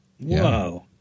Whoa